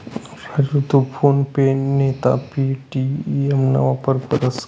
राजू तू PhonePe नैते Paytm ना वापर करस का?